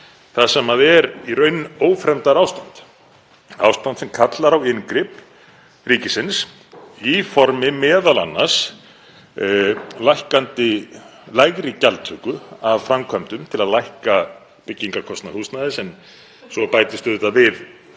þar sem er í raun ófremdarástand, ástand sem kallar á inngrip ríkisins í formi m.a. lægri gjaldtöku af framkvæmdum til að lækka byggingarkostnað húsnæðis. Svo bætist auðvitað við